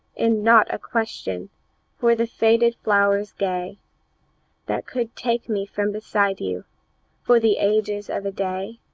and not a question for the faded flowers gay that could take me from beside you for the ages of a day?